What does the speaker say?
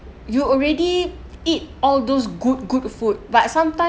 you already eat all those good good food but sometime